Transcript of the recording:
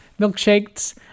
milkshakes